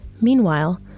Meanwhile